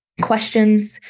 questions